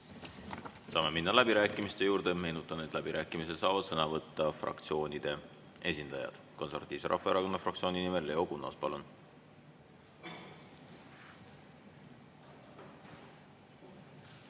Saame minna läbirääkimiste juurde. Meenutan, et läbirääkimistel saavad sõna võtta fraktsioonide esindajad. Konservatiivse Rahvaerakonna fraktsiooni nimel Leo Kunnas, palun!